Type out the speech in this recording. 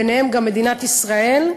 וביניהן גם מדינת ישראל,